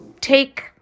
take